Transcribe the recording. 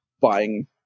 buying